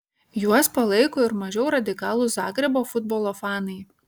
juos palaiko ir mažiau radikalūs zagrebo futbolo fanai